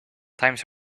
times